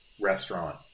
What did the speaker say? restaurant